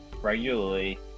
regularly